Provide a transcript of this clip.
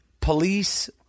police